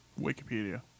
Wikipedia